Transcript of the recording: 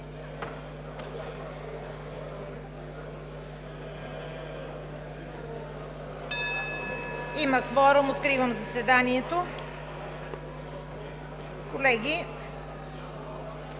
Има кворум. Откривам заседанието. Колеги,